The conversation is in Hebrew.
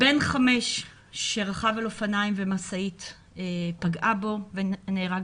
בן 5 שרכב על אופניים ומשאית פגעה בו והוא נהרג,